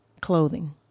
clothing